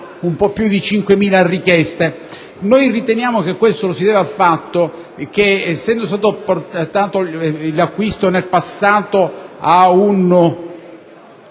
poco più di 5.000 richieste. Riteniamo che questo sia dovuto al fatto che, essendo stato portato l'acquisto nel passato ad